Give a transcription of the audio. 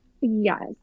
Yes